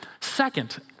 Second